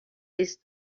ist